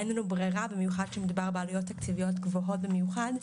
אין לנו ברירה במיוחד כשמדובר בעלויות תקציביות גדולות במיוחד.